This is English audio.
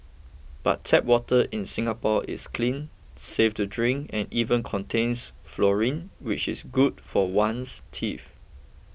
but tap water in Singapore is clean safe to drink and even contains fluoride which is good for one's teeth